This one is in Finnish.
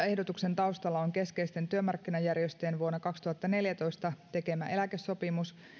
ehdotuksen taustalla on keskeisten työmarkkinajärjestöjen vuonna kaksituhattaneljätoista tekemä eläkesopimus